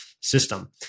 system